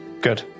Good